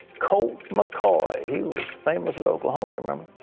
colt mccoy. he was famous at oklahoma. you remember?